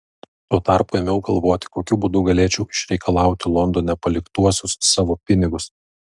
tuo tarpu ėmiau galvoti kokiu būdu galėčiau išreikalauti londone paliktuosius savo pinigus